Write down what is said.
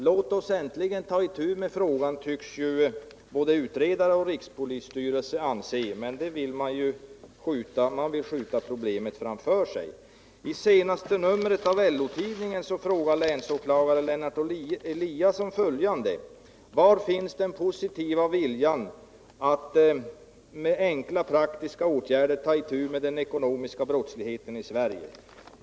Låt oss nu äntligen ta itu med frågan! Det tycks både utredare och rikspolisstyrelse anse, men regering och utskottsmajoritet vill skjuta problemet framför sig i stället för att handla. I det senaste numret av LO-tidningen frågade länsåklagare Lennart Eliasson: ” Var finns den positiva vilja att med enkla praktiska åtgärder ta itu med den ekonomiska brottsligheten i Sverige?